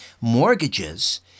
mortgages